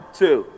two